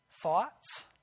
Thoughts